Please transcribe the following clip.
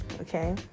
okay